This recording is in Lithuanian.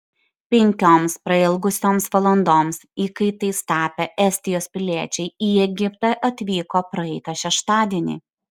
penkioms prailgusioms valandoms įkaitais tapę estijos piliečiai į egiptą atvyko praeitą šeštadienį